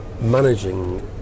managing